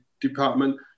department